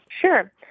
Sure